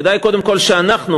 כדאי קודם כול שאנחנו,